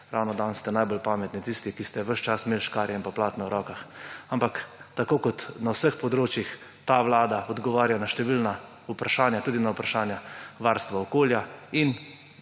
Ravno danes ste najbolj pametni tisti, ki ste ves čas imeli škarje in platno v rokah. Ampak tako kot na vseh področjih, ta vlada odgovarja na številna vprašanja, tudi na vprašanja varstva okolja in